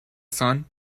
son